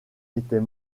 était